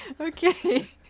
Okay